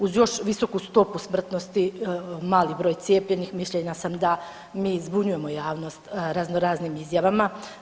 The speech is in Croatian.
Uz još visoku stopu smrtnosti, mali broj cijepljenih, mišljenja sam da mi zbunjujemo javnost razno raznim izjavama.